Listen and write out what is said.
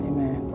Amen